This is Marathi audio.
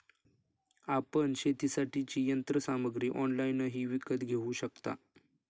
आपण शेतीसाठीची यंत्रसामग्री ऑनलाइनही विकत घेऊ शकता